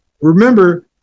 Remember